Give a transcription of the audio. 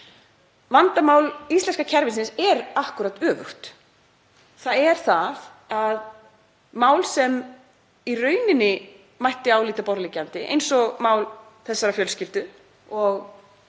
Vandamál íslenska kerfisins er akkúrat öfugt. Það er það að mál sem í raun mætti álíta borðleggjandi, eins og mál umræddrar fjölskyldu og